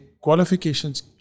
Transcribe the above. qualifications